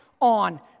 on